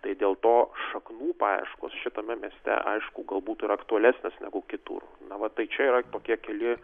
tai dėl to šaknų paieškos šitame mieste aišku galbūt yra aktualesnis negu kitur na va tai čia yra tokie keli